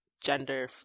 gender